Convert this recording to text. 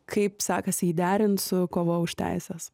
kaip sekasi jį derint su kova už teises